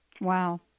Wow